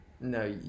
No